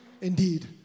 indeed